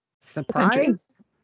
surprise